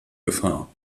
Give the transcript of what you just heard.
gefahr